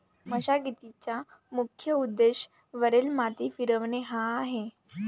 मशागतीचा मुख्य उद्देश वरील माती फिरवणे हा आहे